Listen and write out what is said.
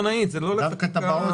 מצב נתון,